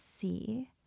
see